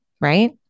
Right